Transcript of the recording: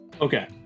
Okay